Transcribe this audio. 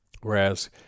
Whereas